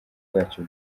bwacyo